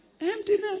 Emptiness